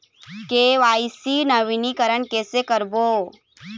KYC नवीनीकरण कैसे करबो?